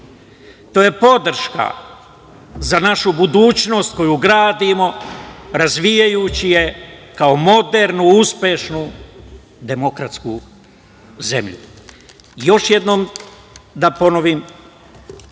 to je podrška za našu budućnost koju gradimo, razvijajući je, kao modernu, uspešnu demokratsku zemlju. Još jednom da ponovim